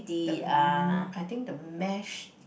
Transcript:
the I think the mash